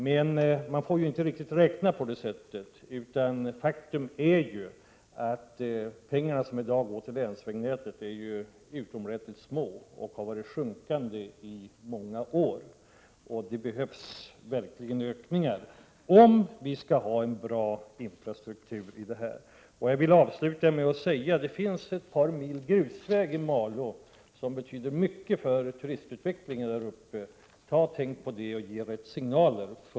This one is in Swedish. Men man får inte riktigt räkna på detta sätt. De pengar som i dag går till länsvägnätet är utomordentligt små belopp, och de har varit sjunkande i många år. Det behövs verkligen ökningar om vi skall ha en bra infrastruktur. Jag vill avsluta med att säga: det finns ett par mil grusväg i Malå som betyder mycket för turistutvecklingen där uppe. Tänk på det och ge rätt signaler!